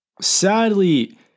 Sadly